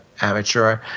amateur